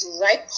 right